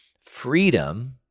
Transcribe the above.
freedom